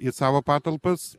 į savo patalpas